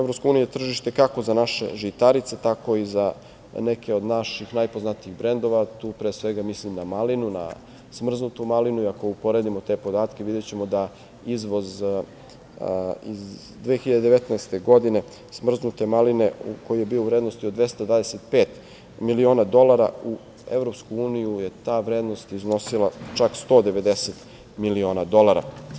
Evropska unija je tržište kako za naše žitarice tako i za neke od naših najpoznatijih brendova, tu pre svega mislim na malinu, na smrznutu malinu, i ako uporedimo te podatke videćemo da izvoz iz 2019. godine smrznute maline, koji je bio u vrednosti od 225 miliona dolara, u EU je ta vrednost iznosila čak 190 miliona dolara.